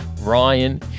Ryan